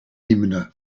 hymne